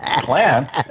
plan